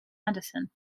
andersen